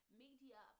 media